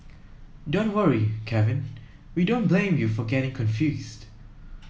don't worry Kevin we don't blame you for getting confused